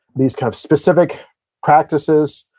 these kind of specific practices,